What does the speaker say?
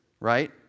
right